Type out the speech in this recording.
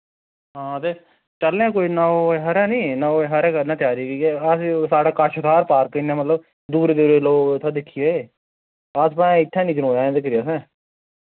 हां ते चलनेआं कोई नौ बजे हारै नी नौ बजे हारै करने आं त्यारी की के अस साढ़ा कच्छ थाह्र पार्क इ'न्ना मतलब दूर दूरे लोक उत्थै दिक्खिये अस माय इत्थै नी जनोआ अजें तकर असैं